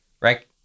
right